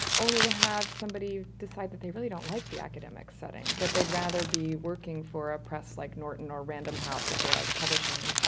only to have somebody decide that they really don't like the academic setting, that they'd rather be working for a press like norton or random house, if they like publishing.